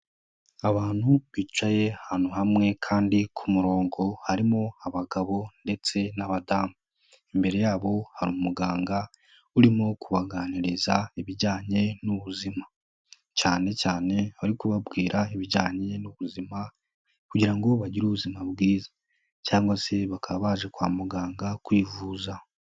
Abantu bicaye ahantu hamwe kandi ku murongo harimo abagabo ndetse n'abadamu, imbere yabo hari umuganga urimo kubaganiriza ibijyanye n'ubuzima cyane cyane bari kubabwira ibijyanye n'ubuzima kugira ngo bagire ubuzima bwiza cyangwa se bakaba baje kwa muganga kwivuza.